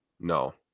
No